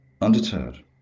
Undeterred